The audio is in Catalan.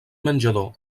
menjador